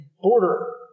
border